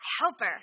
Helper